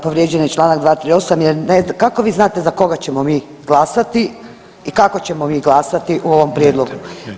Povrijeđen je čl. 238. jer kako vi znate za koga ćemo glasati i kako ćemo mi glasati u ovom prijedlogu.